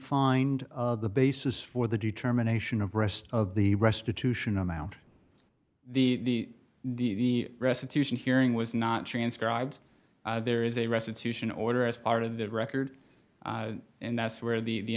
find the basis for the determination of rest of the restitution amount the the restitution hearing was not transcribed there is a restitution order as part of the record and that's where the